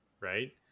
Right